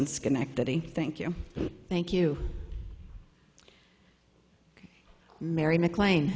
and schenectady thank you thank you mary mclean